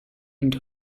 into